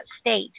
state